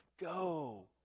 go